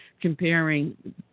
comparing